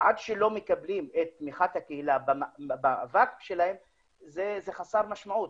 עד שלא מקבלים את תמיכת הקהילה במאבק מולם זה חסר משמעות.